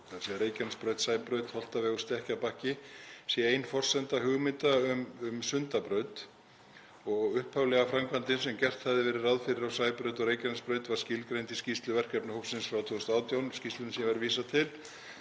þ.e. Reykjanesbraut–Sæbraut–Holtavegur–Stekkjarbakki, sé ein forsenda hugmynda um Sundabraut og upphaflega framkvæmdin sem gert hafði verið ráð fyrir á Sæbraut og Reykjanesbraut var skilgreind í skýrslu verkefnahópsins frá 2018, skýrslunni sem ég var að vísa til,